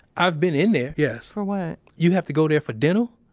i've been in there, yes for what? you have to go there for dental.